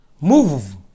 Move